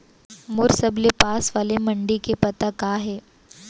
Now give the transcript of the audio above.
मोर सबले पास वाले मण्डी के पता का हे?